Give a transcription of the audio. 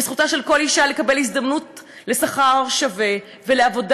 זכותה של כל אישה לקבל הזדמנות לשכר שווה ולעבודה